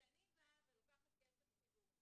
כשאני באה ולוקחת כסף ציבורי